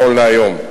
נכון להיום.